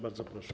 Bardzo proszę.